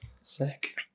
Sick